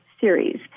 series